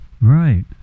Right